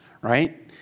right